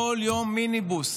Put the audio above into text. כל יום מיניבוס.